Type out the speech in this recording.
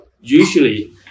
Usually